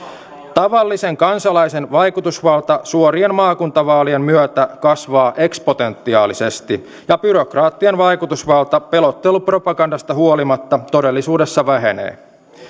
tavallisen kansalaisen vaikutusvalta suorien maakuntavaalien myötä kasvaa eksponentiaalisesti ja byrokraattien vaikutusvalta pelottelupropagandasta huolimatta todellisuudessa vähenee